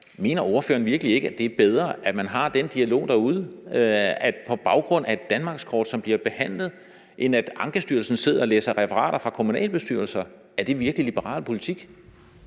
Mener ordføreren virkelig ikke, at det er bedre, at man har den dialog derude på baggrund af et danmarkskort, som bliver behandlet, end at Ankestyrelsen sidder og læser referater fra kommunalbestyrelser? Er det virkelig liberal politik?